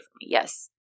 Yes